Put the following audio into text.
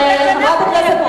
מירי רגב,